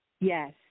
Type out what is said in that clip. Yes